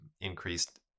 increased